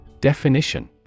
Definition